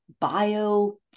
bio-